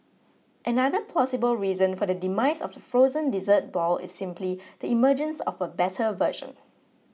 another plausible reason for the demise of the frozen dessert ball is simply the emergence of a better version